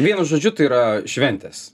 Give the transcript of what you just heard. vienu žodžiu tai yra šventės